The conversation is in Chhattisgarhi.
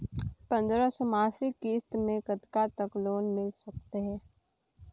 पंद्रह सौ मासिक किस्त मे कतका तक लोन मिल सकत हे?